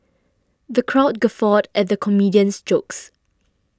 the crowd guffawed at the comedian's jokes